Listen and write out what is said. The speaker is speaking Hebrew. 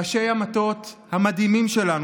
ראשי המטות המדהימים שלנו,